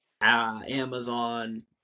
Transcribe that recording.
Amazon